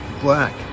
black